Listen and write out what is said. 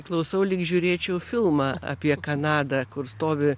klausau lyg žiūrėčiau filmą apie kanadą kur stovi